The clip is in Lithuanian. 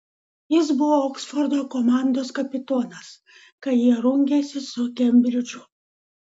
jis buvo oksfordo komandos kapitonas kai jie rungėsi su kembridžu